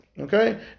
okay